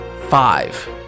Five